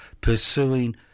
pursuing